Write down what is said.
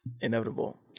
inevitable